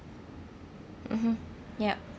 mmhmm yup